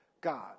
God